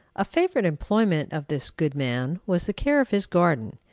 a favorite employment of this good man was the care of his garden,